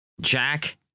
Jack